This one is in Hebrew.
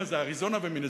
מה זה, אריזונה ומינסוטה?